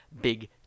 Big